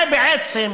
זה בעצם: